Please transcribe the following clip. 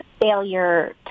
failure